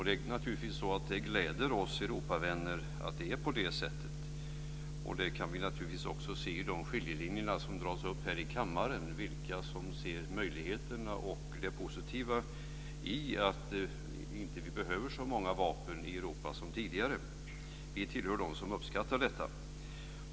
Det gläder naturligtvis oss Europavänner att det är på det sättet. Vi kan naturligtvis också i de skiljelinjer som dras upp här i kammaren se vilka som ser möjligheterna och det positiva i att vi inte behöver så många vapen i Europa som tidigare. Vi tillhör dem som uppskattar detta.